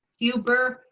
huber.